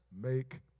Make